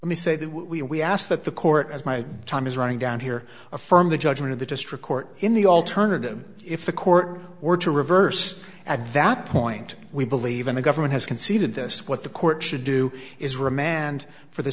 let me say that we asked that the court as my time is running down here affirm the judgment of the district court in the alternative if the court were to reverse at valid point we believe in the government has conceded this what the court should do is remand for the